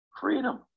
freedom